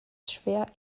schwer